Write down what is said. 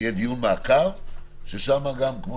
ששם, כמו